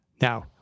Now